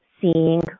seeing